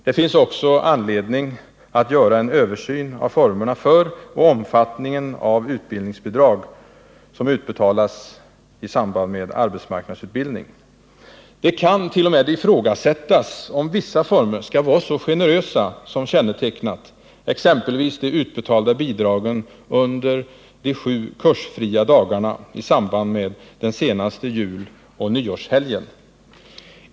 Det finns också anledning att göra en översyn av formerna för och omfattningen av utbildningsbidrag som utbetalas i samband med arbetsmarknadsutbildning. Det kan t.o.m. ifrågasättas om vissa former skall vara så generösa som de som kännetecknat exempelvis de utbetalda bidragen under de sju kursfria dagarna i samband med den senaste juloch nyårshelgen.